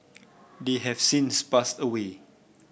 they have since passed away